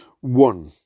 One